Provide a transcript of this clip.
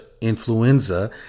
Influenza